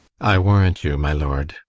i warrant you, my lord.